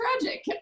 tragic